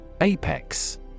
Apex